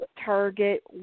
Target